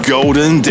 Golden